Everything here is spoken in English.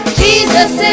jesus